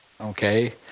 okay